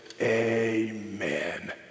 Amen